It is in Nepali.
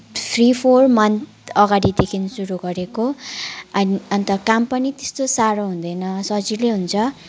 थ्री फोर मन्थ अगाडिदेखि सुरु गरेको अनि अन्त काम पनि त्यस्तो साह्रो हुँदैन सजिलै हुन्छ